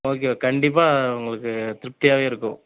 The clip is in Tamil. ஓகே ஓகே கண்டிப்பாக உங்களுக்கு திருப்தியாகவே இருக்கும்